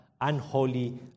unholy